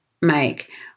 make